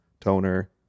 toner